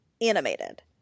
animated